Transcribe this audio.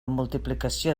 multiplicació